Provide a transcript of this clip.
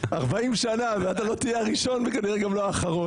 40 שנה ואתה לא תהיה הראשון וכנראה גם לא האחרון.